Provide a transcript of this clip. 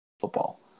football